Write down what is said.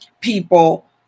people